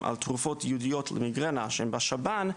על תרופות ייעודיות למיגרנה שהן בשב"ן,